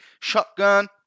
shotgun